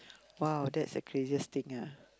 !wow! that's the craziest thing ah